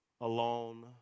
alone